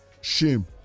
shame